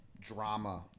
drama